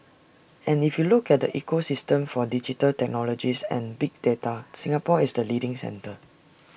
and if you look at the ecosystem for digital technologies and big data Singapore is the leading centre